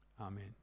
Amen